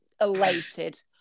elated